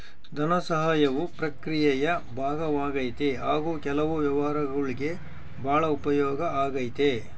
ಧನಸಹಾಯವು ಪ್ರಕ್ರಿಯೆಯ ಭಾಗವಾಗೈತಿ ಹಾಗು ಕೆಲವು ವ್ಯವಹಾರಗುಳ್ಗೆ ಭಾಳ ಉಪಯೋಗ ಆಗೈತೆ